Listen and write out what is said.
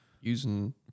using